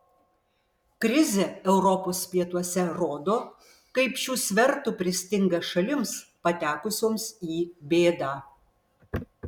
krizė europos pietuose rodo kaip šių svertų pristinga šalims patekusioms į bėdą